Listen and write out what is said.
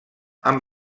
amb